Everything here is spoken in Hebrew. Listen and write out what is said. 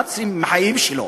מה רוצים מהחיים שלו?